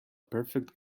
perfect